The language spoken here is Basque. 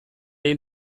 hil